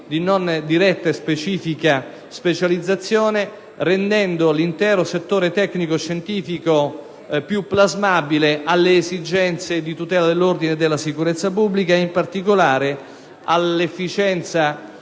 di non diretta e specifica specializzazione, rendendo l'intero settore tecnico-scientifico più plasmabile alle esigenze di tutela dell'ordine e della sicurezza pubblica e, in particolare, di efficienza